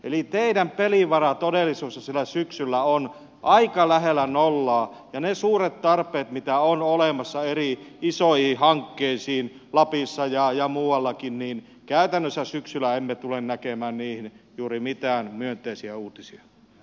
eli teidän pelivaranne todellisuudessa syksyllä on aika lähellä nollaa ja niiden suurten tarpeiden suhteen mitä on olemassa isoihin eri hankkeisiin lapissa ja muuallakin emme tule käytännössä syksyllä näkemään juuri mitään myönteisiä uutisia